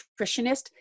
nutritionist